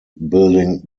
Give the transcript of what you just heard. building